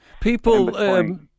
People